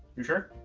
you sure?